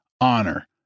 honor